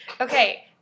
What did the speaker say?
Okay